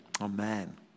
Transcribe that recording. Amen